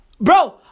Bro